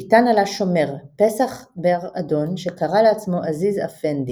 איתן עלה שומר פסח בר אדון שקרא לעצמו עזיז אפנדי.